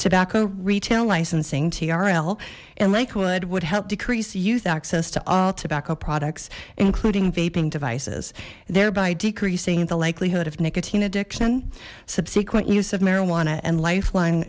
tobacco retail licensing trl and lakewood would help decrease youth access to all tobacco products including vaping devices thereby decreasing the likelihood of nicotine addiction subsequent use of marijuana and lifeline